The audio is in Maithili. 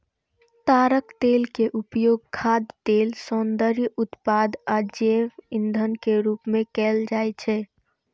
ताड़क तेल के उपयोग खाद्य तेल, सौंदर्य उत्पाद आ जैव ईंधन के रूप मे कैल जाइ छै